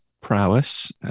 prowess